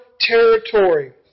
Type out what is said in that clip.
territory